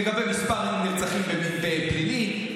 לגבי מספר נרצחים בפלילי,